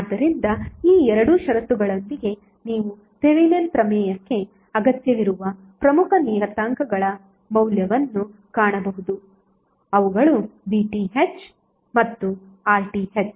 ಆದ್ದರಿಂದ ಈ ಎರಡು ಷರತ್ತುಗಳೊಂದಿಗೆ ನೀವು ಥೆವೆನಿನ್ ಪ್ರಮೇಯಕ್ಕೆ ಅಗತ್ಯವಿರುವ ಪ್ರಮುಖ ನಿಯತಾಂಕಗಳ ಮೌಲ್ಯವನ್ನು ಕಾಣಬಹುದು ಅವುಗಳು VTh ಮತ್ತು RTh